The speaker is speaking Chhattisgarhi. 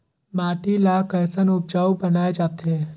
माटी ला कैसन उपजाऊ बनाय जाथे?